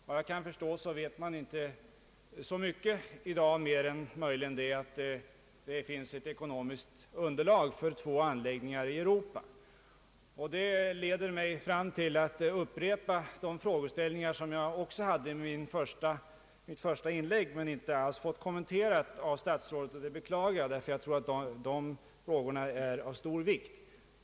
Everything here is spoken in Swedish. Vad jag kan förstå vet man i dag inte så mycket mer än möjligen att det finns ett ekonomiskt underlag för två anläggningar i Europa. Det leder mig fram till att upprepa de frågor som jag ställde i mitt första inlägg men inte alls fått besvarade av statsrådet Lundkvist. Jag beklagar det, ty jag tror att de frågorna är av stor vikt.